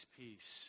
peace